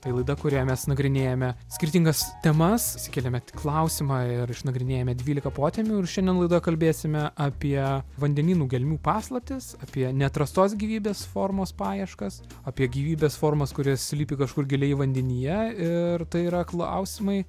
tai laida kurioje mes nagrinėjame skirtingas temas išsikeliame klausimą ir išnagrinėjame dvylika potėmių ir šiandien laidoj kalbėsime apie vandenynų gelmių paslaptis apie neatrastos gyvybės formos paieškas apie gyvybės formas kurie slypi kažkur giliai vandenyje ir tai yra klausimai